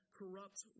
corrupt